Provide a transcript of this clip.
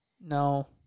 no